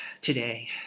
today